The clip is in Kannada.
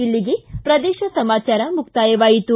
ಇಲ್ಲಿಗೆ ಪ್ರದೇಶ ಸಮಾಚಾರ ಮುಕ್ತಾಯವಾಯಿತು